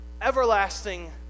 everlasting